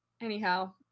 anyhow